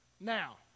Now